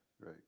right